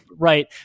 Right